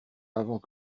avant